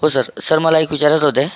हो sir sir मला एक विचारायचं होते